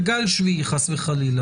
לגל שביעי חלילה,